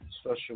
special